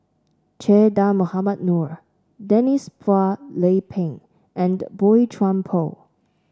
Che Dah Mohamed Noor Denise Phua Lay Peng and Boey Chuan Poh